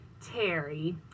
Terry